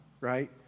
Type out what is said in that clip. right